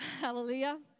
Hallelujah